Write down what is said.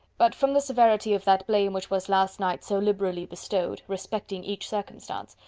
but from the severity of that blame which was last night so liberally bestowed, respecting each circumstance,